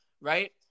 right